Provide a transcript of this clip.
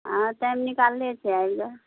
हँ टाइम निकालने छियै आबि जाउ